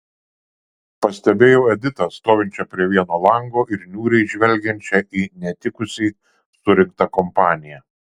pastebėjau editą stovinčią prie vieno lango ir niūriai žvelgiančią į netikusiai surinktą kompaniją